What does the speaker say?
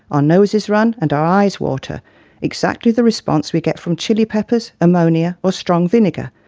our noses run and our eyes water exactly the response we get from chilli peppers, ammonia or strong vinegar,